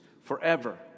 forever